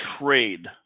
trade